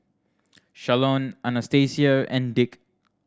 Shalon Anastacia and Dick